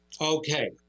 okay